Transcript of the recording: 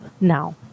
now